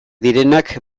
direnak